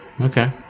Okay